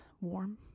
Warm